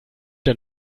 der